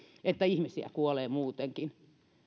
että ihmisiä kuolee muutenkin